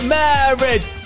marriage